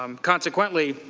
um consequently,